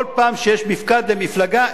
כל פעם שיש מפקד למפלגה,